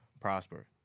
Prosper